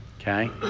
Okay